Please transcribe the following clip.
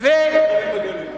מתחילים במתנחלים